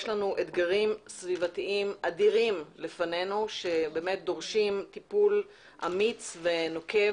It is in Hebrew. יש לנו אתגרים סביבתיים אדירים שדורשים טיפול אמיץ ונוקב